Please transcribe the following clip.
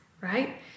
right